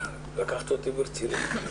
לקחת אותי ברצינות.